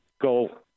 go